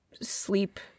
sleep